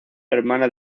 hermana